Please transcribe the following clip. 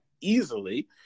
easily